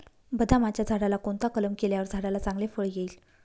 बदामाच्या झाडाला कोणता कलम केल्यावर झाडाला चांगले फळ येईल?